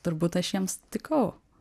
turbūt aš jiems tikau